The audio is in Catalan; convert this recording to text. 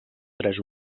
tres